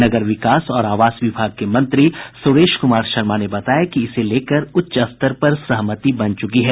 नगर विकास और आवास विभाग के मंत्री सुरेश कुमार शर्मा ने बताया कि इसे लेकर उच्च स्तर पर सहमति बन चुकी है